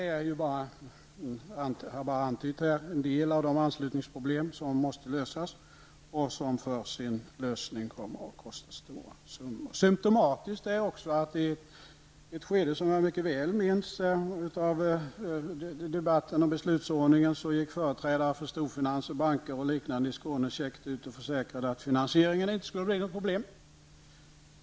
Och jag har bara antytt en del av de anslutningsproblem som måste lösas och som för sin lösning kommer att kosta stora summor. Symtomatiskt är att i ett skede, som jag mycket väl minns, av debatten om beslutsordningen gick företrädare för storfinans och banker i Skåne käckt ut och försäkrade att finansieringen inte skulle bli något problem.